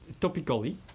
topically